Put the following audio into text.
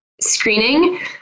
screening